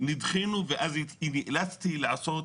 נדחינו ואז נאלצתי לעשות